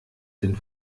den